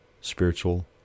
spiritual